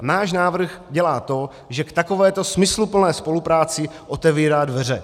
Náš návrh dělá to, že k takovéto smysluplné spolupráci otevírá dveře.